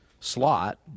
Slot